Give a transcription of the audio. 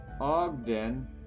Ogden